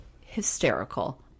hysterical